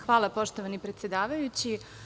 Hvala, poštovani predsedavajući.